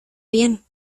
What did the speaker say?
bien